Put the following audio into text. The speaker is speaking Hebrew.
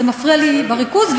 זה מפריע לי בריכוז,